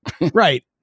right